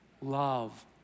Love